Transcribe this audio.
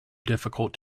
difficult